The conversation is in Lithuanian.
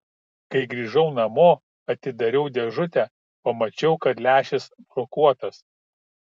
kai grįžau namo atidariau dėžutę pamačiau kad lęšis brokuotas